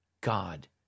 God